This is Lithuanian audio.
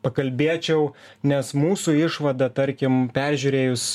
pakalbėčiau nes mūsų išvada tarkim peržiūrėjus